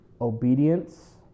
Obedience